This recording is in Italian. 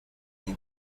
nei